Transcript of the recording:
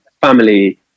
family